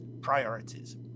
Priorities